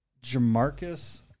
Jamarcus